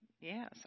Yes